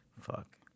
Fuck